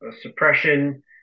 suppression